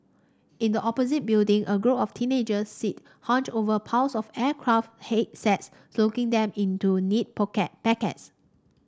in the opposite building a group of teenagers sit hunched over piles of aircraft headsets slotting them into neat packets